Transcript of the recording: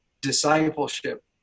discipleship